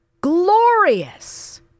Glorious